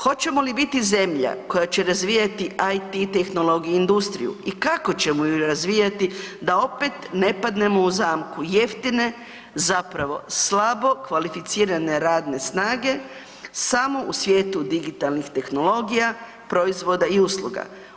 Hoćemo li biti zemlja koja će razvija IT tehnologiju i industriju i kako ćemo ju razvijati da opet ne padnemo u zamku jeftine, zapravo slabo kvalificirane radne snage samo u svijetu digitalnih tehnologija, proizvoda i usluga.